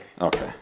Okay